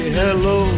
hello